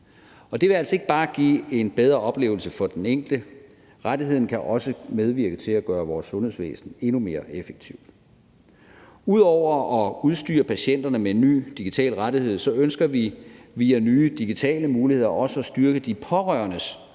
Det vil altså ikke bare give en bedre oplevelse for den enkelte. Rettigheden kan også medvirke til at gøre vores sundhedsvæsen endnu mere effektivt. Ud over at udstyre patienterne med en ny digital rettighed ønsker vi via nye digitale muligheder også at styrke de pårørendes mulighed